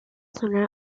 sondern